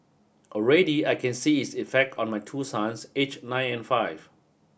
already I can see its effect on my two sons aged nine and five